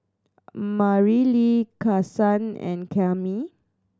Marilee Kason and Cammie